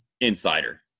Insider